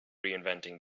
reinventing